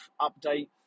update